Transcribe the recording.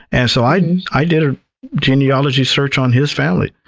and so i i did a genealogy search on his family.